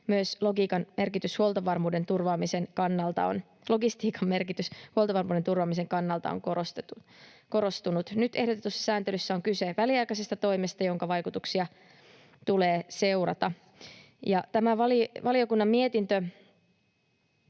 myös logistiikan merkitys huoltovarmuuden turvaamisen kannalta on korostunut. Nyt ehdotetussa sääntelyssä on kyse väliaikaisesta toimesta, jonka vaikutuksia tulee seurata. Tämä valiokunnan mietintö